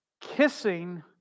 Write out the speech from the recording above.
Kissing